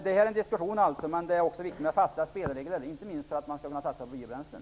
Det är allså viktigt med fasta spelregler, inte minst för att man skall kunna satsa på biobränslen.